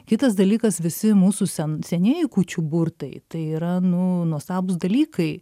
kitas dalykas visi mūsų sen senieji kūčių burtai tai yra nu nuostabūs dalykai